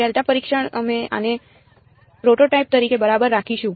delta પરીક્ષણ અમે આને પ્રોટોટાઇપ તરીકે બરાબર રાખીશું